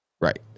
right